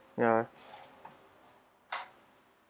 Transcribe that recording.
ya